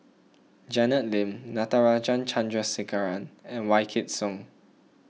Janet Lim Natarajan Chandrasekaran and Wykidd Song